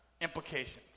implications